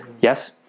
Yes